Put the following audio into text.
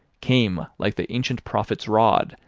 came like the ancient prophet's rod,